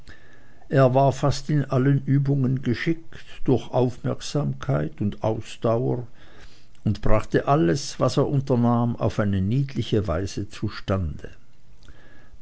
er war fast in allen übungen geschickt durch aufmerksamkeit und ausdauer und brachte alles was er unternahm auf eine niedliche weise zustande